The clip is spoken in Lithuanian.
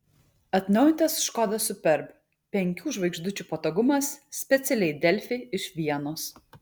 atnaujintas škoda superb penkių žvaigždučių patogumas specialiai delfi iš vienos